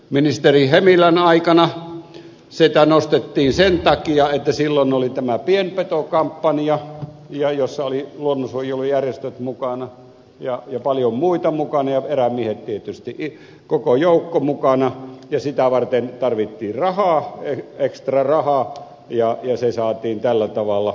ministeri hemilän aikana sitä nostettiin sen takia että silloin oli tämä pienpetokampanja jossa olivat luonnonsuojelujärjestöt mukana ja paljon muita mukana ja erämiehet tietysti koko joukko mukana ja sitä varten tarvittiin rahaa ekstrarahaa ja se saatiin tällä tavalla